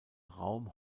raum